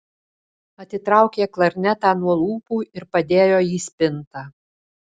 atitraukė klarnetą nuo lūpų ir padėjo į spintą